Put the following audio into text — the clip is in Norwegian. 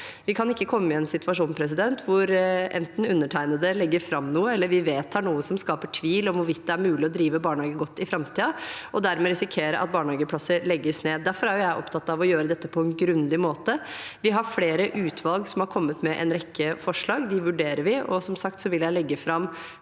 Vi kan ikke komme i en situasjon hvor undertegnede en ten legger fram noe, eller vi vedtar noe som skaper tvil om hvorvidt det er mulig å drive barnehager godt i framtiden, og dermed risikere at barnehageplasser legges ned. Derfor er jeg opptatt av å gjøre dette på en grundig måte. Vi har flere utvalg som har kommet med en rekke forslag – dem vurderer vi. Som sagt vil jeg legge fram